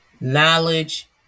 knowledge